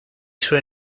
suoi